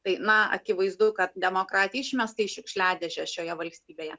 tai na akivaizdu kad demokratija išmesta į šiukšliadėžę šioje valstybėje